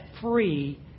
free